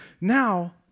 now